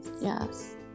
Yes